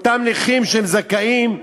לאותם נכים שהם זכאים,